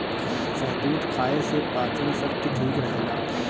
शहतूत खाए से पाचन शक्ति ठीक रहेला